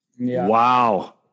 Wow